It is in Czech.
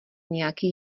nějaký